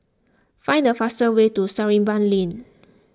find the fastest way to Sarimbun Lane